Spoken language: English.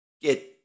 get